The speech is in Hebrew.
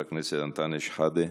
חבר הכנסת אנטאנס שחאדה,